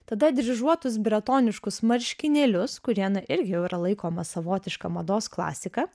tada dryžuotus bretoniškus marškinėlius kurie na irgi jau yra laikoma savotiška mados klasika